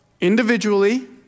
Individually